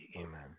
Amen